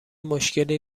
مشکلی